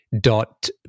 dot